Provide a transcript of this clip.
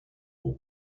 aux